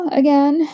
again